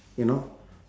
you know